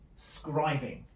scribing